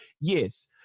Yes